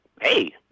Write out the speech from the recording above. hey